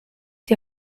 die